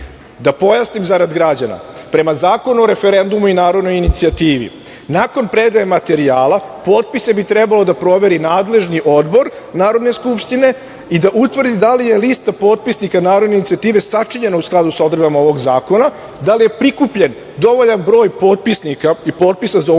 pojasnim zarad građana, prema Zakonu o referendumu i narodnoj inicijativi, nakon predaje materijala potpise bi trebalo da proveri nadležni odbor Narodne skupštine i da utvrdi da li je lista potpisnika narodne inicijative sačinjena u skladu sa odredbama ovog zakona, da li je prikupljen dovoljan broj potpisnika i potpisa za ovu